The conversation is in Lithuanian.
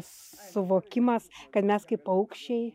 suvokimas kad mes kaip paukščiai